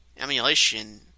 Emulation